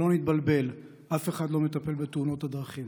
שלא נתבלבל, אף אחד לא מטפל בתאונות הדרכים.